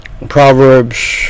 Proverbs